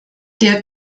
der